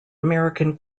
american